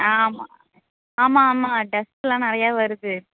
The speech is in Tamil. ஆமாம் ஆமாம் ஆமாம் டஸ்ட் எல்லாம் நிறைய வருது